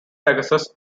pegasus